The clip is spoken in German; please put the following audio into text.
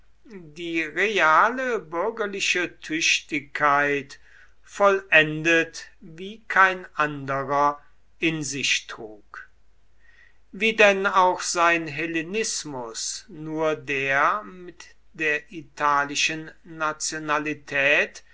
die reale bürgerliche tüchtigkeit vollendet wie kein anderer in sich trug wie denn auch sein hellenismus nur der mit der italischen nationalität